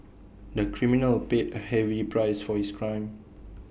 the criminal paid A heavy price for his crime